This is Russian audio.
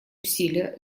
усилия